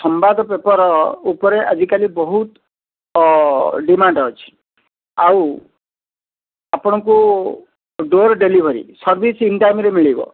ସମ୍ବାଦ ପେପର୍ ଉପରେ ଆଜିକାଲି ବହୁତ ଡିମାଣ୍ଡ ଅଛି ଆଉ ଆପଣଙ୍କୁ ଡୋର ଡେଲିଭରି ସର୍ଭିସ୍ ଇନଟାଇମରେ ମିଳିବ